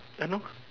ya lor